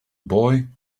boy